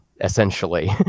essentially